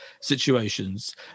situations